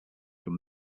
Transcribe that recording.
from